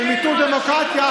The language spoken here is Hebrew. של מיטוט דמוקרטיה,